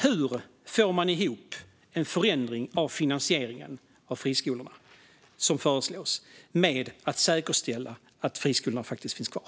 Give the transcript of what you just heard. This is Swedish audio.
Hur får man ihop den förändring av finansieringen av friskolan som föreslås med att säkerställa att friskolorna faktiskt finns kvar?